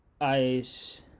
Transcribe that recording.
ice